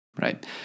right